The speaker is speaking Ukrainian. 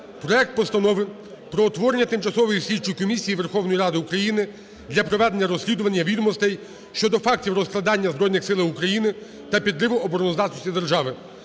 проект Постанови про утворення Тимчасової слідчої комісії Верховної Ради України для проведення розслідування відомостей щодо фактів розкрадання Збройних Сил України та підриву обороноздатності держави.